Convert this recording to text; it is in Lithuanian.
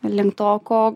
link to ko